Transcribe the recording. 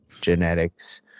genetics